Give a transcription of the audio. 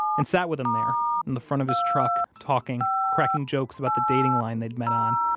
and sat with him there in the front of his truck talking, cracking jokes about the dating line they'd met on,